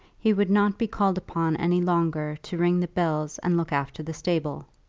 he would not be called upon any longer to ring the bells and look after the stable.